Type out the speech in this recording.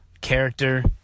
character